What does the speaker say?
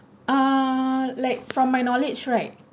uh like from my knowledge right